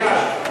מליאה.